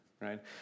right